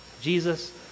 Jesus